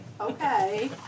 Okay